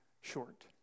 short